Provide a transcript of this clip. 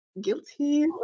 Guilty